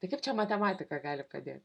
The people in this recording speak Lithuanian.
tai kaip čia matematika gali padėt